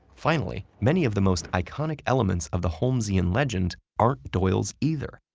finally, many of the most iconic elements of the holmesian legend aren't doyle's either.